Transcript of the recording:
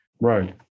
Right